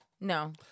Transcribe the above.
no